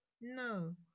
No